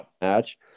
match